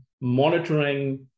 monitoring